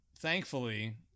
Thankfully